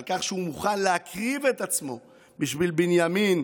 על כך שהוא מוכן להקריב את עצמו בשביל בנימין,